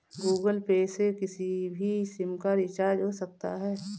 Google Pay से किसी भी सिम का रिचार्ज हो सकता है